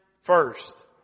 first